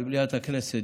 במליאת הכנסת,